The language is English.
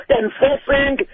enforcing